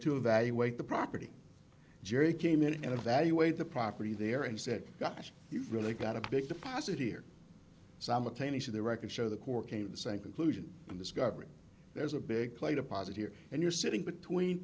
to evaluate the property jerry came in and evaluate the property there and said gosh you've really got a big deposit here simultaneously the records show the core came the same conclusion and discovering there's a big plate of posit here and you're sitting between